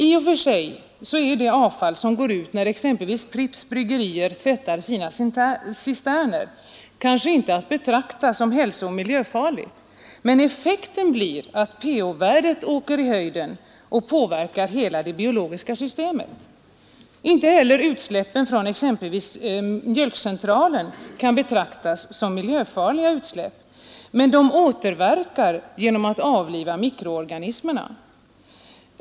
I och för sig är det avfall som går ut när Pripps bryggerier tvättar sina cisterner kanske inte att betrakta som hälsooch miljöfarligt, men effekten blir att pH-värdet åker upp i höjden och påverkar hela det biologiska systemet. Inte heller utsläppen från exempelvis Mjölkcentralen kan betraktas som miljöfarliga, men de återverkar genom att ”avliva” mikroorganismerna.